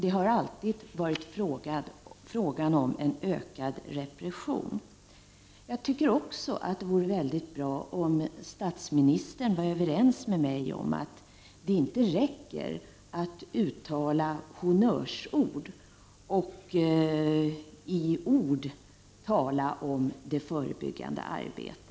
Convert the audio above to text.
Det har alltid varit frågan om en ökad repression. Det skulle också vara väldigt bra om statsministern vore överens med mig om att det inte räcker med att uttala honnörsord och att i ord tala om det förebyggande arbetet.